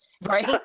right